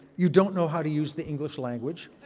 you don't know how to use the english language.